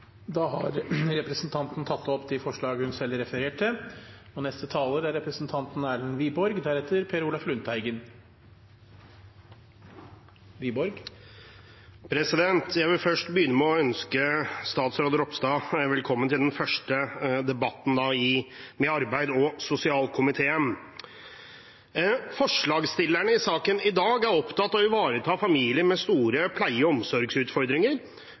og Senterpartiet. Da har representanten Lise Christoffersen tatt opp de forslagene hun refererte til. Jeg vil begynne med å ønske statsråd Ropstad velkommen til den første debatten hans med arbeids- og sosialkomiteen. Forslagsstillerne i saken i dag er opptatt av å ivareta familier med store pleie- og omsorgsutfordringer,